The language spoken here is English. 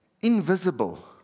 invisible